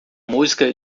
música